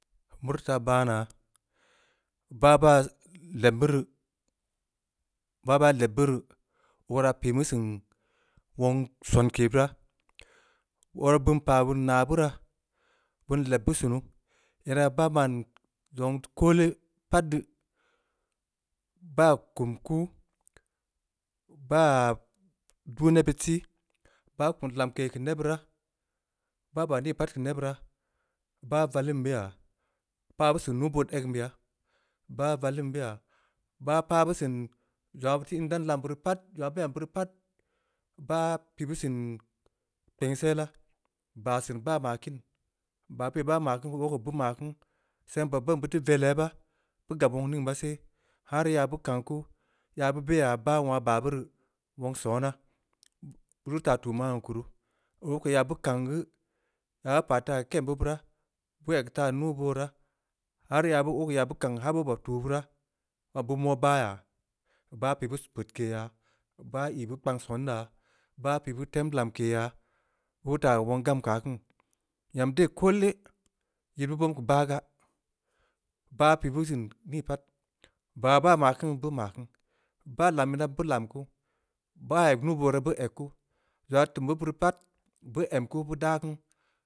Meu rii taa baa naa, bah baa lebbu rii bah baa lebbu rii, oo pii meu seun wong sonke beuraa, oo beun pah bin naa beuraa, beun leb beu sunu, era baa baan zong teu koole, pat deu baa kum kuu, baa duu neb beud sii. baa kum lamke keu neb beuraa. baa baah nii pat keu neb beuraa. bah vallin beu ya. pah beu seun nuubood egn beya. bah vallin beu ya. bah pah beu seun zong aah beu teu in dan lamb beuri pat. zong aah beu em beuri pat, bah pii beu siin kpensella, baa siin baa maa kini, baa beui baa maa kini geu beu kiin, seng bob beun bein teu velleu yebaa, beu wong ning maa she. beu kang kuu. yaa beu beya, bah wong aah baa beu rii. eong sona. beuri taa tuu man ke kuru. obeu ko ya beu kang geu, ya beu pah taa kem beu bueraa, beu eg taa nuubooraa. har ya beu obeu ko ya beu bob taa tuu beuraa, beu ba bue moo baya, bah pii beu peudke yaa. bah ii beu kpang son yaa. bah pii beu tem lamke ya, beu teu taa wong gam keu aah kiin. nyam dey koole, yid beu bom keu bah gaa. bah pii beu seun nii pat, baa ba ma kin beu maa keun. baa lam ina beu lam kuu, baa eg nuubooraa, beu eg kuu. zong aah tum beuri pat beu em kuu, beu daa kuu.